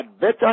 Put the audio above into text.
better